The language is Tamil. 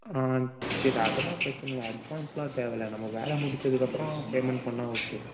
ஆ சரி அதெல்லாம் பிரச்சனை இல்லை அட்வான்ஸெலாம் தேவையில்லை நம்ம வேலை முடிச்சதுக்கப்புறம் பேமெண்ட் பண்ணிணா ஓகே